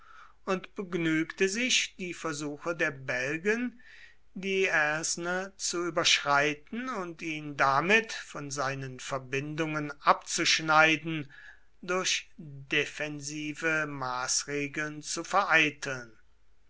und begnügte sich die versuche der belgen die aisne zu überschreiten und ihn damit von seinen verbindungen abzuschneiden durch defensive maßregeln zu vereiteln